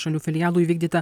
šalių filialų įvykdyta